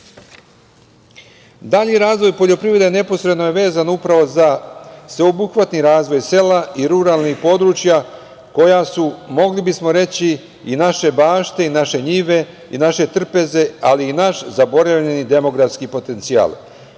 razvoj poljoprivrede neposredno je vezan upravo za sveobuhvatni razvoj sela i ruralnih područja koja su, mogli bismo reći, i naše bašte i naše njive i naše trpeze, ali i naš zaboravljeni demografski potencijal.Za